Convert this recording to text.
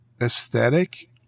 aesthetic